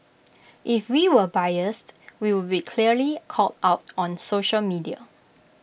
if we were biased we would be clearly called out on social media